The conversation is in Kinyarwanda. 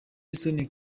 isoni